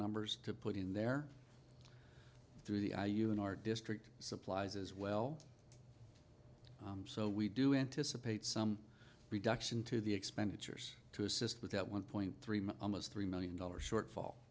numbers to put in there through the i u in our district supplies as well so we do anticipate some reduction to the expenditures to assist with that one point three almost three million dollars shortfall